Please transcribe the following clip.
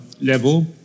level